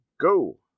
go